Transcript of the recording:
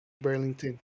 burlington